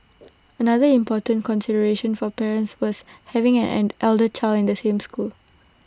another important consideration for parents was having an an elder child in the same school